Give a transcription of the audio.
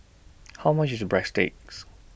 How much IS Breadsticks